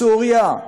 סוריה?